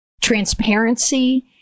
transparency